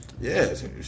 yes